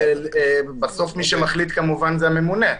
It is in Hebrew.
בסוף מי שמחליט כמובן זה הממונה.